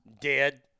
Dead